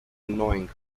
annoying